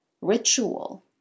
ritual